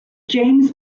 james